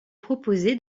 proposé